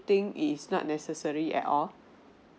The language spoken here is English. think it is not necessary at all